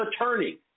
attorney